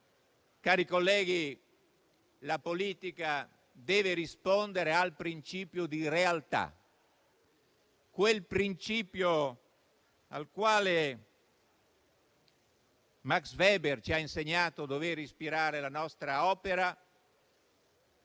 cari colleghi, la politica deve rispondere al principio di realtà, quel principio al quale Max Weber ci ha insegnato di dover ispirare la nostra opera,